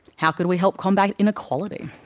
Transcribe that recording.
how could we help combat inequality?